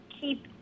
keep